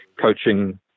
coaching